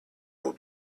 will